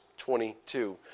22